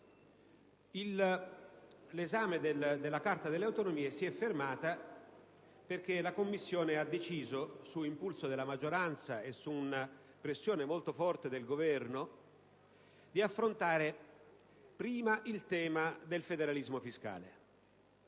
L'esame della Carta delle autonomie si è poi fermato perché la Commissione ha deciso, su impulso della maggioranza e su una pressione molto forte del Governo, di affrontare prima il tema del federalismo fiscale.